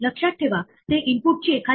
तर अपवादात्मक शब्दाचा विचार करा